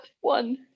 one